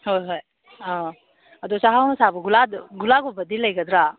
ꯍꯣꯏ ꯍꯣꯏ ꯑꯥꯎ ꯑꯗꯣ ꯆꯥꯛꯍꯥꯎꯅ ꯁꯥꯕ ꯒꯨꯂꯥꯗꯣ ꯒꯨꯂꯥꯒꯨꯝꯕꯗꯤ ꯂꯩꯒꯗ꯭ꯔꯥ